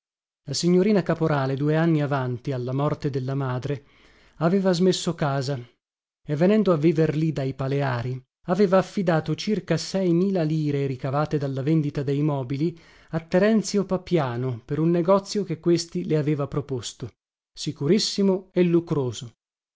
la signorina caporale due anni avanti alla morte della madre aveva smesso casa e venendo a viver lì dai paleari aveva affidato circa sei mila lire ricavate dalla vendita dei mobili a terenzio papiano per un negozio che questi le aveva proposto sicurissimo e lucroso